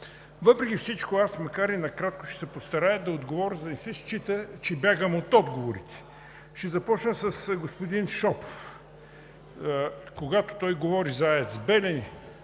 Въпреки всичко, аз, макар и накратко, ще се постарая да отговоря, за да не се счита, че бягам от отговорите. Ще започна с господин Шопов. Когато той говори за АЕЦ „Белене“,